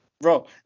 bro